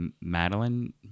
Madeline